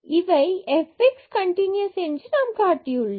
இவை fx continuous என்று நாம் காட்டியுள்ளோம்